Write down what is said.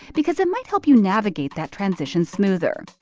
because it might help you navigate that transition smoother